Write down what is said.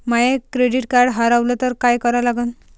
माय credit card हारवलं तर काय करा लागन?